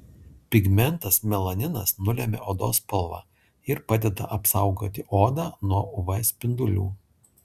pigmentas melaninas nulemia odos spalvą ir padeda apsaugoti odą nuo uv spindulių